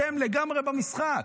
אתם לגמרי במשחק.